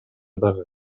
дагы